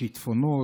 שיטפונות,